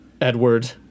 edward